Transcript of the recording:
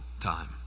time